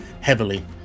heavily